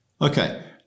Okay